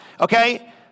Okay